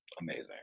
amazing